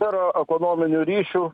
tai yra ekonominių ryšių